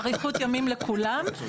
אריכות ימים לכולם.